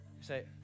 say